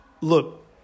Look